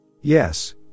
Yes